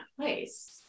place